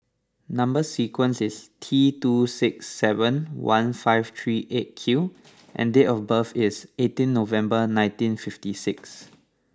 number sequence is T two six seven one five three eight Q and date of birth is eighteen November nineteen fifty six